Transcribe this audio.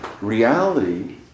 reality